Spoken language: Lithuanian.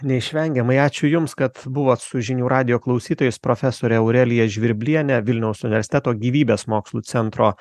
neišvengiamai ačiū jums kad buvot su žinių radijo klausytojais profesorė aurelija žvirblienė vilniaus universiteto gyvybės mokslų centro